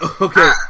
Okay